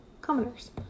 commoners